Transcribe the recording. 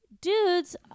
dudes